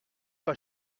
pas